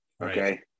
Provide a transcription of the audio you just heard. Okay